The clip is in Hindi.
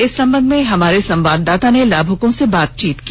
इस संबंध में हमारे संवाददाता ने लाभुकों से बातचीत की